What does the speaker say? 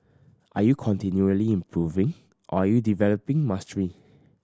are you continually improving are you developing mastery